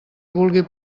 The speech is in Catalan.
vulgui